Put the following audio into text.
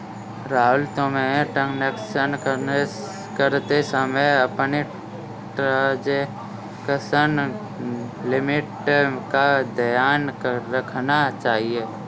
राहुल, तुम्हें ट्रांजेक्शन करते समय अपनी ट्रांजेक्शन लिमिट का ध्यान रखना चाहिए